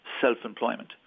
self-employment